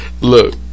Look